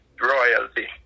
royalty